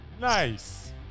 Nice